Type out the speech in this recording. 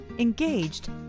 engaged